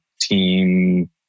team